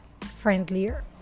friendlier